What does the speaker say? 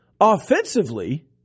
offensively